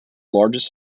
largest